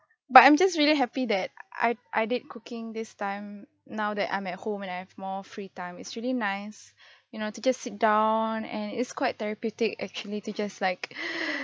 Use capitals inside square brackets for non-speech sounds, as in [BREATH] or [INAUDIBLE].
but I'm just really happy that I I did cooking this time now that I'm at home and I have more free time it's really nice [BREATH] you know to just sit down and it's quite therapeutic actually to just like [BREATH]